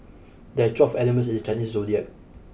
there are twelve animals in the Chinese zodiac